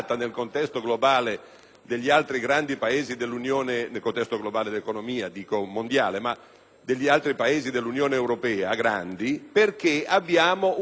degli altri grandi Paesi dell'Unione europea, perché abbiamo un elevato livello del debito pubblico accumulato nel corso degli anni e perché,